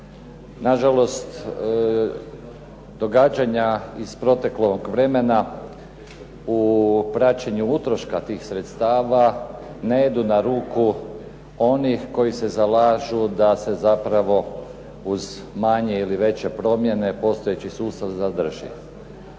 Nažalost događanja iz proteklog vremena u praćenju utroška tih sredstava ne idu na ruku onih koji se zalažu da se zapravo uz manje ili veće promjene postojeći sustav zadrži.